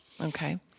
Okay